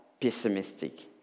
pessimistic